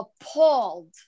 appalled